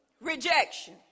Rejection